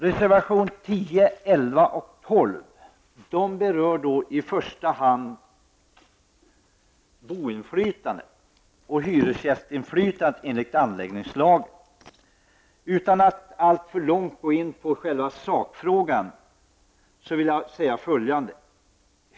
Reservationerna 10, 11 och 12 berör i första hand boendeinflytande och hyresgästinflytande enligt anläggningslagen. Utan att alltför långt gå in på själva sakfrågan vill jag säga följande.